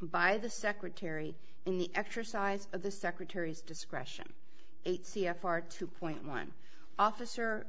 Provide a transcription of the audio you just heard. by the secretary in the exercise of the secretary's discretion eight c f r two point one officer